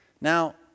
Now